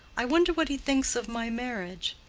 i wonder what he thinks of my marriage?